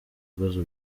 bibazo